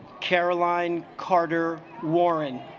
caroline carter warren